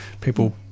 people